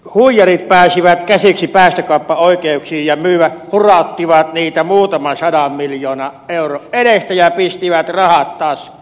huijarit pääsivät käsiksi päästökauppaoikeuksiin ja myydä hurauttivat niitä muutaman sadan miljoonan euron edestä ja pistivät rahat taskuunsa